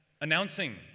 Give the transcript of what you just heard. announcing